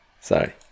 Sorry